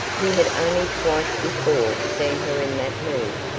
he had only twice before seen her in that mood,